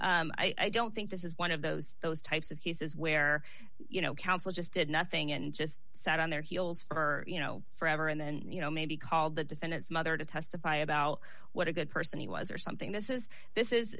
done i don't think this is one of those those types of cases where you know counsel just did nothing and just sat on their heels for you know forever and then you know maybe called the defendant's mother to testify about what a good person he was or something this is this is